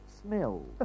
smell